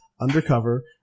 undercover